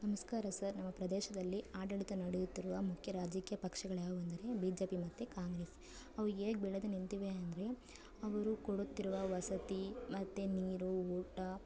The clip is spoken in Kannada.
ನಮಸ್ಕಾರ ಸರ್ ನಮ್ಮ ಪ್ರದೇಶದಲ್ಲಿ ಆಡಳಿತ ನಡೆಯುತ್ತಿರುವ ಮುಖ್ಯ ರಾಜಕೀಯ ಪಕ್ಷಗಳು ಯಾವ್ಯಾವು ಅಂದರೆ ಬಿ ಜೆ ಪಿ ಮತ್ತು ಕಾಂಗ್ರೆಸ್ ಅವು ಹೇಗ್ ಬೆಳೆದು ನಿಂತಿವೆ ಅಂದರೆ ಅವರು ಕೊಡುತ್ತಿರುವ ವಸತಿ ಮತ್ತು ನೀರು ಊಟ